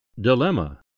Dilemma